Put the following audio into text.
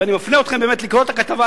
ואני מפנה אתכם באמת לקרוא את הכתבה.